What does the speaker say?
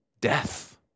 death